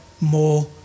more